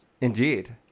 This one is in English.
Indeed